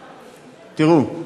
תראו,